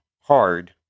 hard